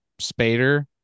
Spader